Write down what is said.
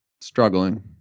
struggling